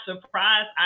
surprised